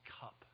cup